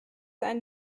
ein